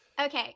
Okay